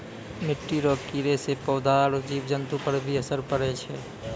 मिट्टी रो कीड़े से पौधा आरु जीव जन्तु पर भी असर पड़ै छै